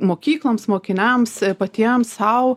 mokykloms mokiniams patiems sau